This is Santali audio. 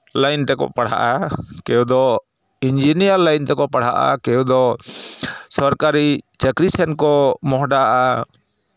ᱞᱟᱹᱭᱤᱱ ᱛᱮᱠᱚ ᱯᱟᱲᱦᱟᱜᱼᱟ ᱠᱮᱣᱳ ᱫᱚ ᱤᱧᱡᱤᱱᱤᱭᱟᱨ ᱞᱟᱹᱭᱤᱱ ᱛᱮᱠᱚ ᱯᱟᱲᱦᱟᱜᱼᱟ ᱠᱮᱣᱳ ᱫᱚ ᱥᱚᱨᱠᱟᱨᱤ ᱪᱟᱹᱠᱨᱤ ᱥᱮᱱ ᱠᱚ ᱢᱚᱦᱚᱰᱟᱜᱼᱟ